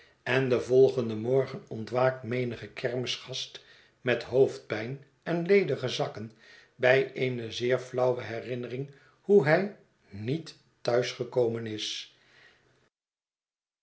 en den volgenden morgen ontwaakt menige kermisgast met hoofdpijn en ledige zakken bij eene zeer flauwe herinnermg hoe hij niet thuis gekomen is